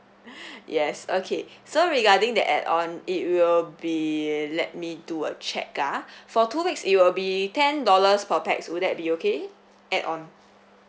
yes okay so regarding the add on it will be let me do a check ah for two weeks it will be ten dollars per pax would that be okay add on